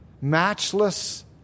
matchless